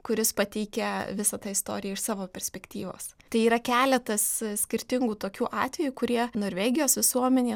kuris pateikia visą tą istoriją iš savo perspektyvos tai yra keletas skirtingų tokių atvejų kurie norvegijos visuomenėje